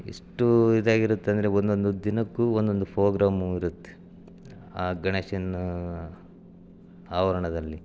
ಎಷ್ಟು ಇದಾಗಿರುತ್ತೆ ಅಂದರೆ ಒಂದೊಂದು ದಿನಕ್ಕೂ ಒಂದೊಂದು ಫೋಗ್ರಾಮು ಇರುತ್ತೆ ಆ ಗಣೇಶನ ಆವರಣದಲ್ಲಿ